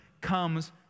comes